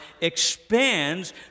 expands